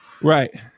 Right